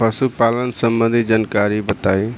पशुपालन सबंधी जानकारी बताई?